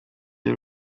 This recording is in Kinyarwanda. y’u